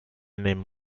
named